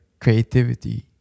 creativity